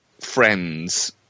Friends